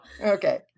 Okay